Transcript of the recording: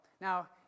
Now